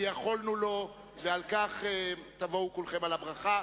ויכולנו לו, ועל כך תבואו כולכם על הברכה.